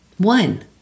One